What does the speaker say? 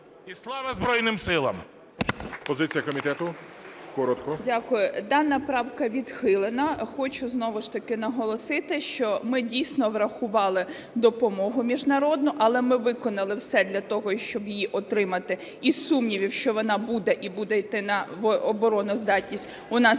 Дякую. Дана правка відхилена. Хочу знову ж таки наголосити, що ми дійсно врахували допомогу міжнародну. Але ми виконали все для того, щоб її отримати. І сумнівів, що вона буде і буде йти на обороноздатність, у нас